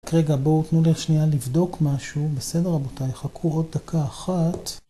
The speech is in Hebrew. כרגע בואו תנו לי שנייה לבדוק משהו, בסדר רבותיי? חכו עוד דקה אחת.